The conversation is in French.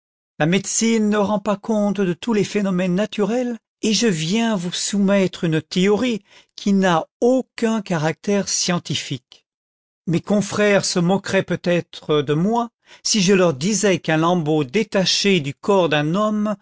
la médecine ne rend pas compte de tous les phénomènes naturels et je viens vous soumettre une théorie qui n'a aucun caractère scientifique mes confrères se moqueraient peut-être de moi si je leur disais qu'un lambeau détaché iu corps d'un homme